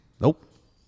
Nope